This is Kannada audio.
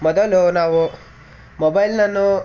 ಮೊದಲು ನಾವು ಮೊಬೈಲನ್ನು